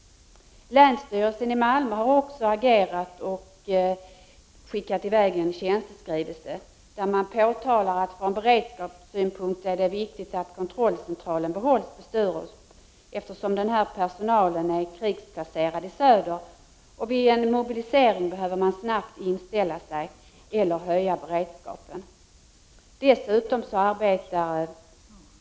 Länsstyrelsen i Malmö har agerat och skickat i väg en tjänsteskrivelse, där man påtalar att det från beredskapssynpunkt är viktigt att kontrollcentralen behålls på Sturup, eftersom personalen är krigsplacerad i söder. Vid en mobilisering måste man snabbt inställa sig för att höja beredskapen.